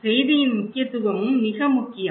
செய்தியின் முக்கியத்துவமும் மிக முக்கியம்